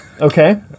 Okay